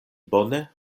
bone